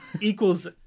Equals